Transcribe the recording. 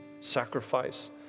sacrifice